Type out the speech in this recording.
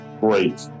great